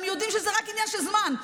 הם יודעים שזה רק עניין של זמן.